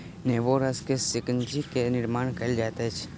नेबो रस सॅ शिकंजी के निर्माण कयल जाइत अछि